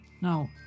No